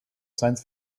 science